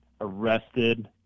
arrested